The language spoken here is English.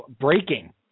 Breaking